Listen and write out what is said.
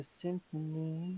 symphony